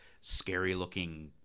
scary-looking